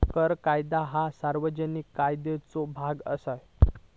कर कायदा ह्या सार्वजनिक कायद्याचो भाग असा